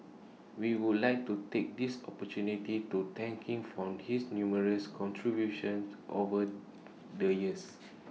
we would like to take this opportunity to thank him for his numerous contributions over the years